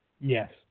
Yes